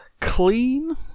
clean